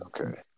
Okay